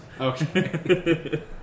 Okay